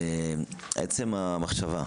עצם המחשבה,